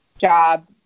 job